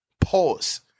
Pause